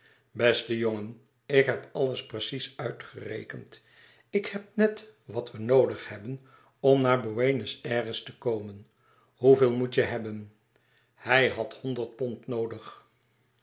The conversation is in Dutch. beste jongen ik heb alles precies uitgerekend ik heb net wat we noodig hebben om naar buenos ayres te komen hoeveel moet je hebben hij had honderd pond noodig